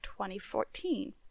2014